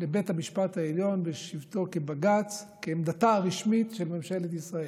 לבית המשפט העליון בשבתו כבג"ץ כעמדתה הרשמית של ממשלת ישראל,